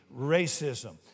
racism